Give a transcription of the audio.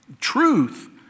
truth